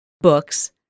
books